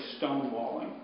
stonewalling